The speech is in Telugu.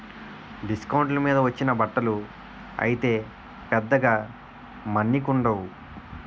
డిస్కౌంట్ల మీద వచ్చిన బట్టలు అయితే పెద్దగా మన్నికుండవు